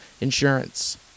insurance